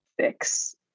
fix